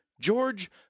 George